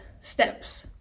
steps